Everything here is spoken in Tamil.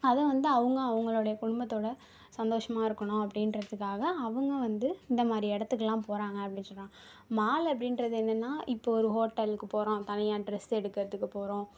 அதுவும் வந்து அவங்க அவுங்களுடைய குடும்பத்தோடு சந்தோஷமாக இருக்கணும் அப்படின்றதுகாக அவங்க வந்து இந்தமாதிரி எடத்துக்கெல்லாம் போகிறாங்க அப்படினு சொல்கிறாங்க மால் அப்படின்றது என்னென்னா இப்போது ஒரு ஹோட்டலுக்கு போகிறோம் தனியாக ட்ரெஸ் எடுக்கிறதுக்கு போகிறோம்